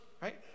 right